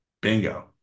Bingo